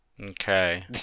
Okay